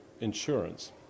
insurance